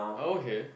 oh okay